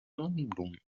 sonnenblumenöl